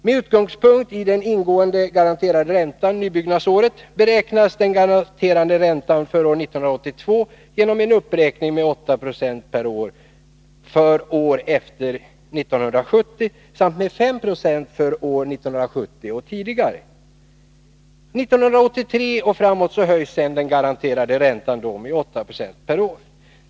Med utgångspunkt i den ingående garanterade räntan nybyggnadsåret beräknas den garanterade räntan för år 1982 genom en uppräkning med 8 9 per år för år efter 1970 samt med 5 Z per år för år 1970 och tidigare. 1983 och framåt höjs den garanterade räntan med 8 Yo per år.